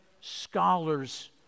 scholars